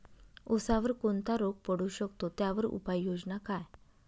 ऊसावर कोणता रोग पडू शकतो, त्यावर उपाययोजना काय?